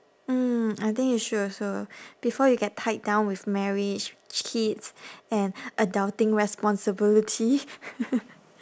mm I think you should also before you get tied down with marriage kids and adulting responsibility